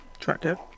Attractive